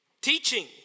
teaching